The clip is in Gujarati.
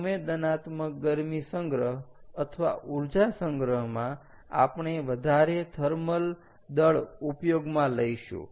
સંવેદનાત્મક ગરમી સંગ્રહ અથવા ઊર્જા સંગ્રહમાં આપણે વધારે થર્મલ દળ ઉપયોગમાં લઈશું